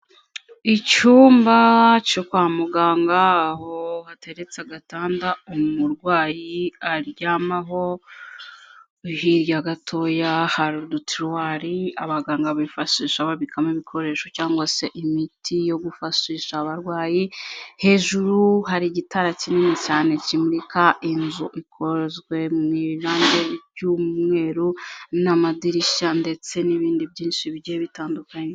Icyumba cyo kwa muganga aho hateretse agatanda umurwayi aryamaho, hirya gatoya haduturuwari abaganga bifashisha babikamo ibikoresho cyangwa se imiti yo gufashisha abarwayi, hejuru hari igitanda kinini cyane kimurika inzu ikozwe mu irangi ry'umweru n'amadirishya ndetse n'ibindi byinshi bigiye bitandukanye.